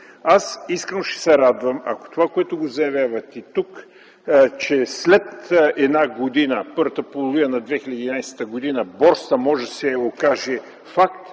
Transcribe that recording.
Аз искрено ще се радвам, ако това, което заявявате тук – че след една година, първата половина на 2011, борсата може да се окаже факт,